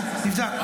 זה נבדק.